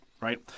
right